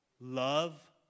love